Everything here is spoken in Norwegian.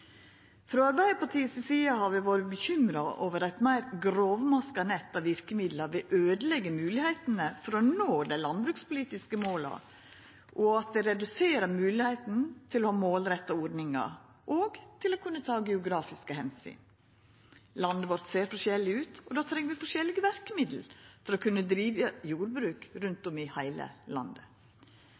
Frå Arbeidarpartiet si side har vi vore bekymra over at eit meir grovmaska nett av verkemiddel vil øydeleggja moglegheitene for å nå dei landbrukspolitiske måla, og at det vil redusera moglegheitene for å ha målretta ordningar og for å kunna ta geografiske omsyn. Landet vårt ser forskjellig ut, og då treng vi forskjellige verkemiddel for å kunna driva jordbruk rundt om i heile landet.